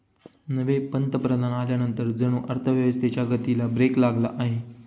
नवे पंतप्रधान आल्यानंतर जणू अर्थव्यवस्थेच्या गतीला ब्रेक लागला आहे